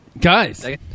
Guys